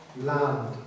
land